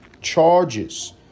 charges